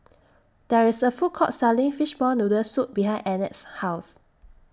There IS A Food Court Selling Fishball Noodle Soup behind Annette's House